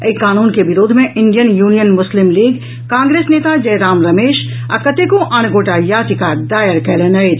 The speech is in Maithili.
एहि कानून के विरोध मे Indian Union Muslim League Congress नेता जयराम रमेश आ कतेको आन गोटा याचिका दायर कयलनि अछि